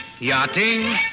yachting